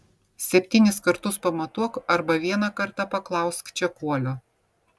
septynis kartus pamatuok arba vieną kartą paklausk čekuolio